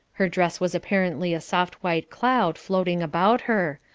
her dress was apparently a soft white cloud floating about her,